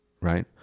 right